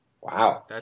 Wow